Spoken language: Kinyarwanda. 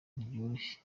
ntibyoroshye